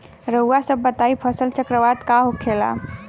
रउआ सभ बताई फसल चक्रवात का होखेला?